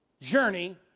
journey